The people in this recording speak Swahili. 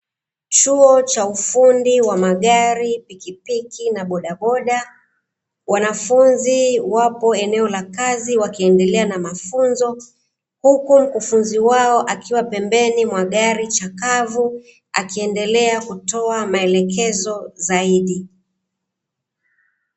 Chuo cha ufundi wa magari, pikipiki na bodaboda; wanafunzi wapo eneo la kazi wakiendelea na mafunzo, huku mkufunzi wao akiwa pembeni mwa gari chakavu akiendelea kutoa maelekezo zaidi.